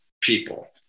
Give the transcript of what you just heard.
people